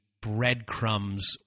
breadcrumbs